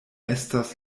estas